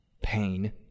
pain